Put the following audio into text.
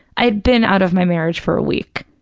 i had been out of my marriage for a week,